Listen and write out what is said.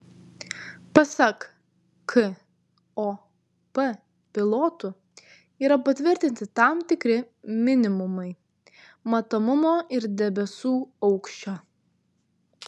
pasak kop pilotų yra patvirtinti tam tikri minimumai matomumo ir debesų aukščio